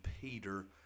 Peter